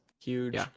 Huge